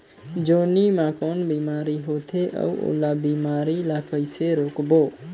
जोणी मा कौन बीमारी होथे अउ ओला बीमारी ला कइसे रोकबो?